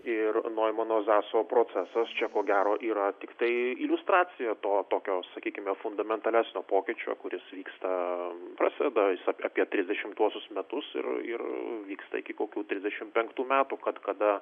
ir noimano zaso procesas čia ko gero yra tiktai iliustracija to tokio sakykime fundamentalesnio pokyčio kuris vyksta prasideda jis apie trisdešimtuosius metus ir ir vyksta iki kokių trisdešimt penktų metų kad kada